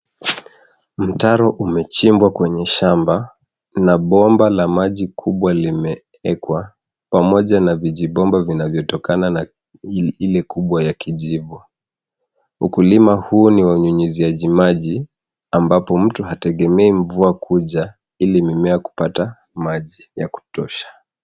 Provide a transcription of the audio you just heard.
Mtaro umechimbwa kwenye shamba na bomba la maji kubwa limeekwa pamoja na vijibomba vinavyotokana na ile kubwa ya kijivu. Ukulima huu ni wa unyunyiziaji maji ambapo mtu hategemei mvua kuja ili kupata maji ya kutosha.